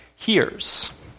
Hears